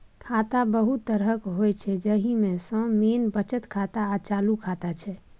खाता बहुत तरहक होइ छै जाहि मे सँ मेन बचत खाता आ चालू खाता छै